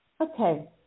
Okay